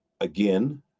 Again